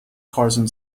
carson